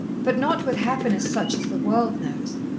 but not with happiness such as the world knows.